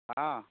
हँ